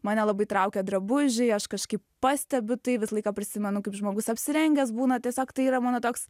mane labai traukia drabužiai aš kažkaip pastebiu tai visą laiką prisimenu kaip žmogus apsirengęs būna tiesiog tai yra mano toks